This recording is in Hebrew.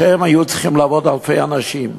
היו צריכים להיות אלפי אנשים,